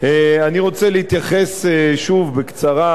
אני רוצה להתייחס, שוב, בקצרה